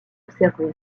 observée